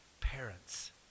parents